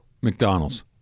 McDonald's